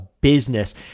business